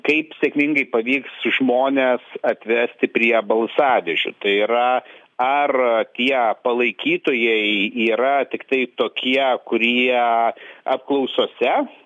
kaip sėkmingai pavyks žmones atvesti prie balsadėžių tai yra ar tie palaikytojai yra tiktai tokie kurie apklausose